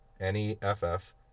N-E-F-F